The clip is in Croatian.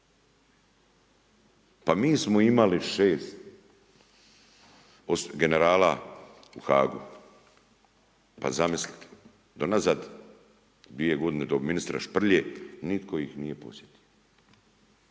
Pa mi smo imali 6 generala u Haagu. Pa zamislite do nazad dvije godine do ministra Šprlje nitko ih nije posjetio.